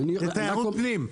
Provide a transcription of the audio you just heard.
זה תיירות פנים.